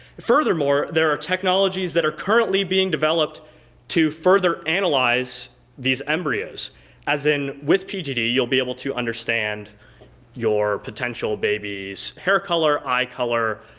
furthermore, there are technologies that are currently being developed to further analyze these embryos as in with pgd you'll be able to understand your potential baby's hair color, color, eye color,